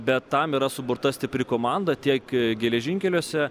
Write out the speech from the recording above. bet tam yra suburta stipri komanda tiek geležinkeliuose